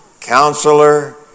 Counselor